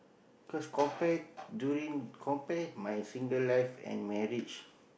cause compare during compare my single life and marriage